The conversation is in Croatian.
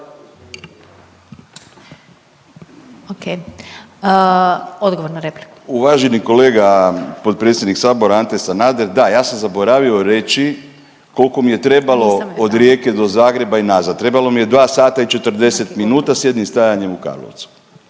Uvaženi kolega potpredsjednik Sabora, Ante Sanader, da, ja sam zaboravio reći koliko mi je trebalo od Rijeke do Zagreba i nazad. Trebalo mi je 2 sata i 40 minuta s jednim stajanjem u Karlovcu.